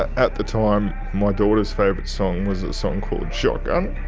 at the time my daughter's favourite song was a song called shotgun